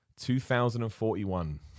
2041